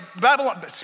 Babylon